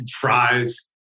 fries